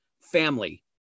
family